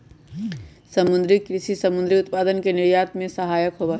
समुद्री कृषि समुद्री उत्पादन के निर्यात में सहायक होबा हई